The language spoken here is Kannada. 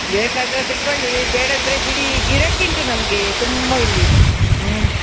ಬೇಕಾದರೆ ತೆಕೊಳ್ಳಿ ಬೇಡಾದರೆ ಬಿಡಿ ಗಿರಾಕಿ ಉಂಟು ನಮಗೆ ತುಂಬ ಇಲ್ಲಿ ಹ್ಞೂ